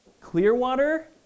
Clearwater